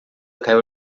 caiu